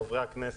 חברי הכנסת.